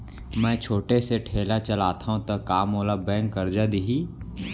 मैं छोटे से ठेला चलाथव त का मोला बैंक करजा दिही?